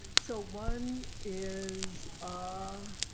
so one is. ah